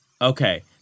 okay